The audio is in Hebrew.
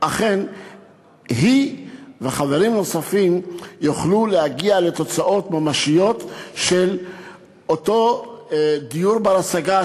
אכן היא וחברים נוספים יוכלו להגיע לתוצאות ממשיות באותו דיור בר-השגה,